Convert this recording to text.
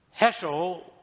Heschel